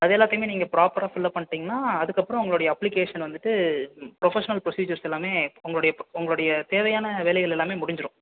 அது எல்லாத்தையுமே நீங்கள் ப்ராப்பராக ஃபில்அப் பண்ணிட்டிங்கனா அதுக்கு அப்புறம் உங்களுடையே அப்ளிகேஷன் வந்துவிட்டு ப்ரொஃபெஷனல் ப்ரோஸிஜர்ஸ் எல்லாமே உங்களுடைய உங்களுடைய தேவையான வேலைகள் எல்லாமே முடிஞ்சி விடும்